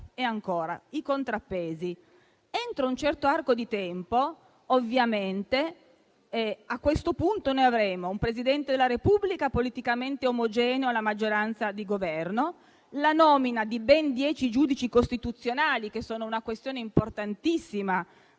poi ai contrappesi. Entro un certo arco di tempo, ovviamente, a questo punto avremo un Presidente della Repubblica politicamente omogeneo alla maggioranza di Governo e la nomina di ben dieci giudici costituzionali, che sono una questione importantissima